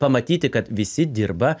pamatyti kad visi dirba